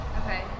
Okay